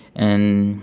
and